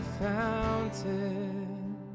fountain